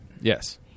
yes